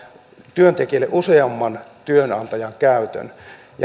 työntekijälle useamman työnantajan käytön